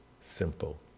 Simple